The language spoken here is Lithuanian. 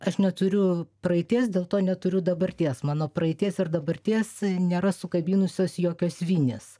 aš neturiu praeities dėl to neturiu dabarties mano praeities ir dabarties nėra sukabinusios jokios vinys